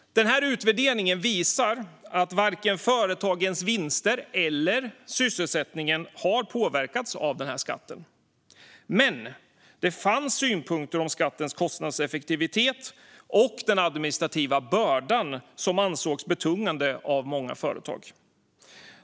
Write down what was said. Denna utvärdering visar att varken företagens vinster eller sysselsättningen har påverkats av denna skatt. Men det fanns synpunkter på skattens kostnadseffektivitet och den administrativa bördan, som ansågs betungande av många företag.